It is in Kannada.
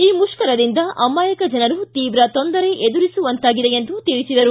ಈ ಮುಷ್ಕರದಿಂದ ಅಮಾಯಕ ಜನರು ತೀವ್ರ ತೊಂದರೆ ಎದುರಿಸುವಂತಾಗಿದೆ ಎಂದು ತಿಳಿಸಿದರು